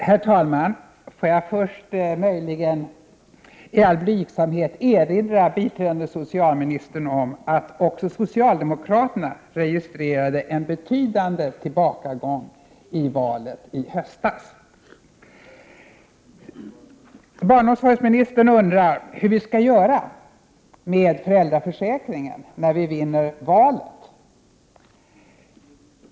Herr talman! Får jag först möjligen i all blygsamhet erinra biträdande socialministern om att också socialdemokraterna registrerade en betydande tillbakagång i valet i höstas. Barnomsorgsministern undrar hur vi skall göra med föräldraförsäkringen när vi vinner valet.